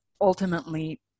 ultimately